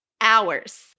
hours